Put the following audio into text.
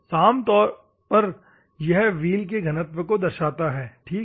साधारण तौर पर यह व्हील के घनत्व को दर्शाता है ठीक है